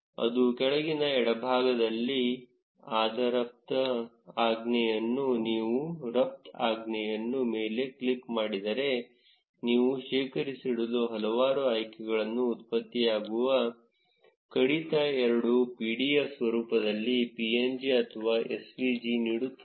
ಅದು ಕೆಳಗಿನ ಎಡಭಾಗದಲ್ಲಿಆದರಫ್ತು ಆಜ್ಞೆಯನ್ನು ನೀವು ರಫ್ತು ಆಜ್ಞೆಯನ್ನು ಮೇಲೆ ಕ್ಲಿಕ್ ಮಾಡಿದರೆ ನೀವು ಶೇಖರಿಸಿಡಲು ಹಲವಾರು ಆಯ್ಕೆಗಳನ್ನು ಉತ್ಪತ್ತಿಯಾಗುವ ಕಡತ ಎರಡೂ pdf ಸ್ವರೂಪದಲ್ಲಿ PNG ಅಥವಾ SVG ನೀಡುತ್ತದೆ